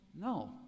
no